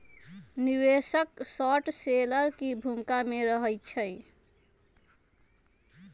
निवेशक short seller की भूमिका में रहइ छै